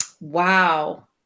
Wow